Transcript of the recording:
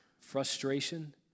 frustration